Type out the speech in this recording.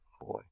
boy